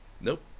Nope